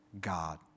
God